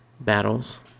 battles